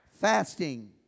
Fasting